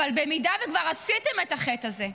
אבל במידה שכבר עשיתם את החטא הזה,